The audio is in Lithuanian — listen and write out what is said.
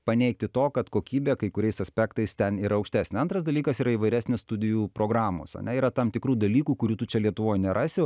paneigti to kad kokybė kai kuriais aspektais ten yra aukštesnė antras dalykas yra įvairesnės studijų programos ane yra tam tikrų dalykų kurių tu čia lietuvoj nerasi